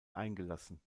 eingelassen